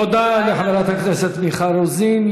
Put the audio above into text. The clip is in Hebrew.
תודה לחברת הכנסת מיכל רוזין.